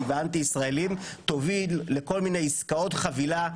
ואנטי-ישראלים תוביל לכל מיני עסקאות חבילה,